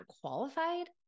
qualified